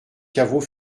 caveau